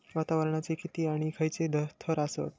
वातावरणाचे किती आणि खैयचे थर आसत?